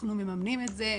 אנחנו מממנים את זה.